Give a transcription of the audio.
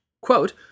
quote